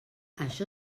això